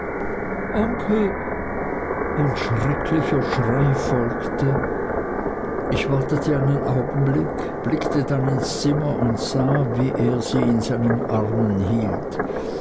onkel ein schrecklicher schrei folgte ich wartete einen augenblick blickte dann ins zimmer und sah wie er sie in seinen armen hielt